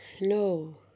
No